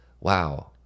wow